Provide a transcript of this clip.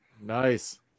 nice